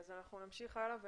עד שהוא יעלה, נמשיך הלאה.